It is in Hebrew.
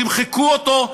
תמחקו אותו,